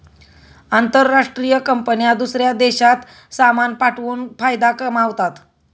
आंतरराष्ट्रीय कंपन्या दूसऱ्या देशात सामान पाठवून फायदा कमावतात